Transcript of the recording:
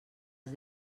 els